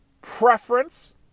preference